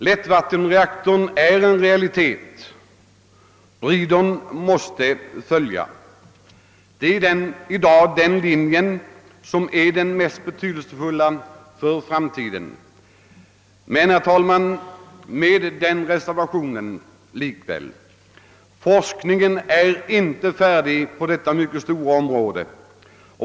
Lättvattenreaktorn är en realitet — breedern måste följa. Det är i dag det mest betydelsefulla för framtiden. Men, herr talman, likväl måste den reservationen göras att forskningen ännu inte är färdig på detta stora område.